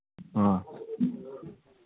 ꯑꯥ